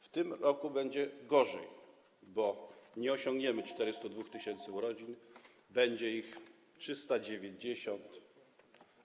W tym roku będzie gorzej, bo nie osiągniemy 402 tys. urodzeń, będzie ich 390 tys.